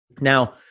Now